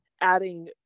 adding